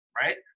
right